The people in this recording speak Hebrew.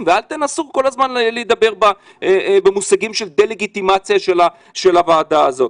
ואל תנסו כל הזמן לדבר במושגים של דה לגיטימציה של הוועדה הזאת.